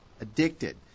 addicted